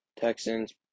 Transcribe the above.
Texans